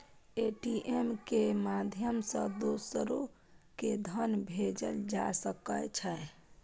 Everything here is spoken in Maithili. ए.टी.एम के माध्यम सं दोसरो कें धन भेजल जा सकै छै